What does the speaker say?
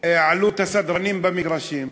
עלות הסדרנים במגרשים.